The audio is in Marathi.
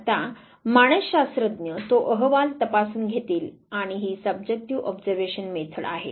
आता मानसशास्त्रज्ञ तो अहवाल तपासून घेतील आणि ही सब्जेक्टिव ऑब्झर्वेशन मेथड आहे